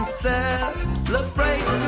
celebrate